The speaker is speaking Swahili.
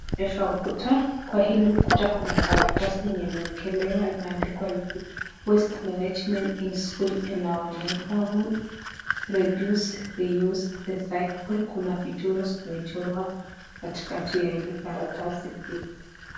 Tumeonyeshwa ukuta, kwa hili ukuta kuna karatasi yenye imewekelewa, imeandikwa juu waste management in school and our neighbourhood, reduce, reuse, recycyle kuna vichoro zimechorwa katikati ya hili karatasi pia.